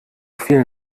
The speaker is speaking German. viel